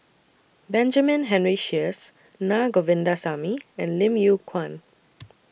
Benjamin Henry Sheares Na Govindasamy and Lim Yew Kuan